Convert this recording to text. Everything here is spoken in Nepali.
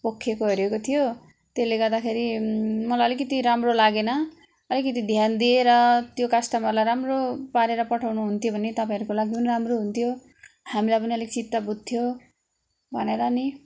पोखिएको हरेको थियो त्यसले गर्दाखेरि मलाई अलिकति राम्रो लागेन अलिकति ध्यान दिएर त्यो कास्टमरलाई राम्रो पारेर पठाउनु हुन्थ्यो भने तपाईँहरूको लागि पनि राम्रो हुन्थ्यो हामीलाई पनि अलिक चित्त बुझ्थ्यो भनेर नि